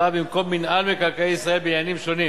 הבאה במקום מינהל מקרקעי ישראל בעניינים שונים.